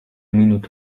minut